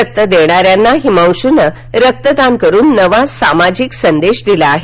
रक्त देणाऱ्यांना हिमांशूनं रक्तदान करून नवा सामाजिक संदेश दिला आहे